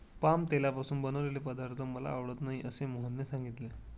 palm तेलापासून बनवलेले पदार्थ मला आवडत नाहीत असे मोहनने सांगितले